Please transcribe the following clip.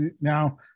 now